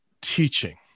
teaching